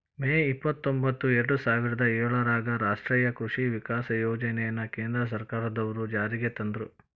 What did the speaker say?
ಮೇ ಇಪ್ಪತ್ರೊಂಭತ್ತು ಎರ್ಡಸಾವಿರದ ಏಳರಾಗ ರಾಷ್ಟೇಯ ಕೃಷಿ ವಿಕಾಸ ಯೋಜನೆನ ಕೇಂದ್ರ ಸರ್ಕಾರದ್ವರು ಜಾರಿಗೆ ತಂದ್ರು